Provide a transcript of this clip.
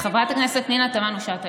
חברת הכנסת פנינה תמנו שטה,